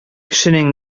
кешенең